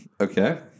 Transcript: Okay